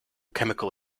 chemical